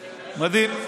מדהים.